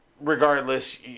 regardless